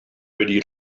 wedi